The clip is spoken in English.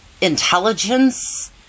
intelligence